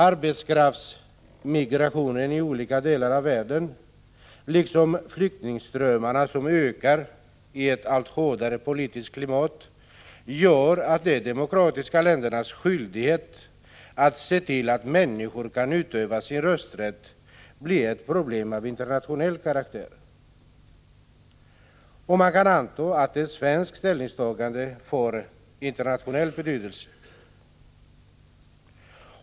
Arbetskraftsmigrationen i olika delar av världen liksom flyktingströmmarna, som ökar i ett allt hårdare politiskt klimat, gör att de rösträtt blir ett problem av internationell karaktär. Och man kan anta att ett svenskt ställningstagande får internationell betydelse.